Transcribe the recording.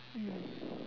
mm